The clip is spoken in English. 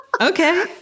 Okay